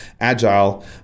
agile